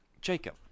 Jacob